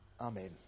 Amen